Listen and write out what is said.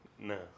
No